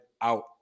out